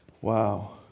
Wow